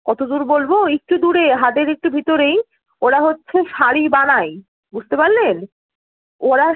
কত দূর বলব একটু দূরে হাটের একটু ভিতরেই ওরা হচ্ছে শাড়ি বানায় বুঝতে পারলেন ওরা